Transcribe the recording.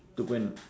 to go and